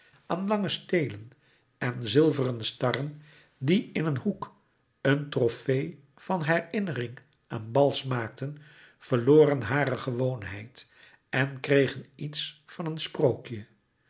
aan lange steelen en zilveren starren die in een hoek een trofee van herinnering aan bals maakten verloren hare gewoonheid en kregen iets van een sprookje